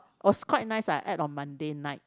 was quite nice I ate on Monday night